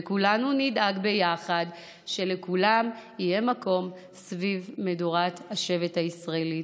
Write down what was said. וכולנו נדאג ביחד שלכולם יהיה מקום סביב מדורת השבט הישראלית.